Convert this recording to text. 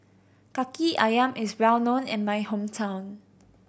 Kaki Ayam is well known in my hometown